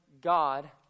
God